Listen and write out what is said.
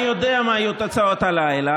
אני מעריך שאני יודע מה יהיו התוצאות הלילה,